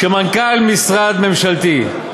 כשמנכ"ל משרד ממשלתי,